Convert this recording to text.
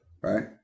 Right